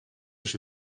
się